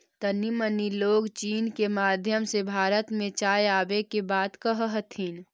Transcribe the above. तानी मनी लोग चीन के माध्यम से भारत में चाय आबे के बात कह हथिन